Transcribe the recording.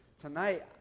tonight